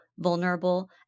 vulnerable